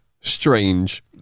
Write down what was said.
strange